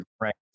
right